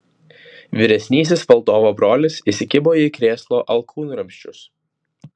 vyresnysis valdovo brolis įsikibo į krėslo alkūnramsčius